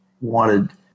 wanted